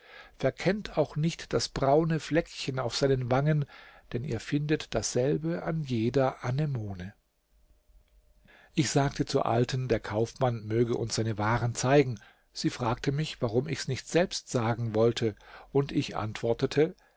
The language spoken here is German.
verkennt auch nicht das braune fleckchen auf seinen wangen denn ihr findet dasselbe an jeder anemone ich sagte zur alten der kaufmann möge uns seine waren zeigen sie fragte mich warum ich's nicht selbst sagen wollte und ich antwortete